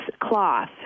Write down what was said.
cloth